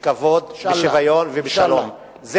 בכבוד, בשוויון ובשלום, אינשאללה.